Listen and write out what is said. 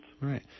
Right